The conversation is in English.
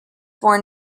born